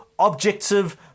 objective